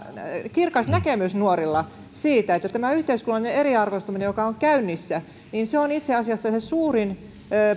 kirkas näkemys nuorilla siitä että tämä yhteiskunnallinen eriarvoistuminen joka on käynnissä on itse asiassa se suurin